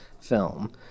film